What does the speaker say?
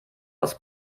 aus